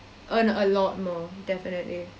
earn a lot more definitely